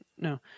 no